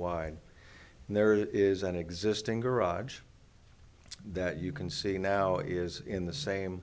wide and there is an existing garage that you can see now is in the same